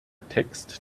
text